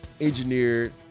engineered